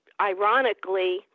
ironically